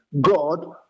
god